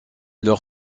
leur